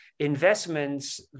investments